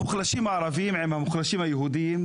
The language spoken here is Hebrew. המוחלשים הערבים עם המוחלשים היהודים,